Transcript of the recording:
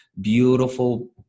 beautiful